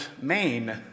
Maine